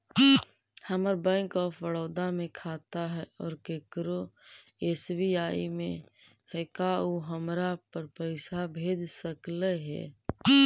हमर bank of Baroda में खाता है और केकरो एस.बी.आई में है का उ हमरा पर पैसा भेज सकले हे?